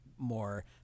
more